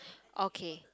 okay